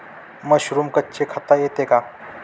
Mushroom कच्चे खाता येते का?